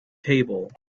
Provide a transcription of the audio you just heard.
table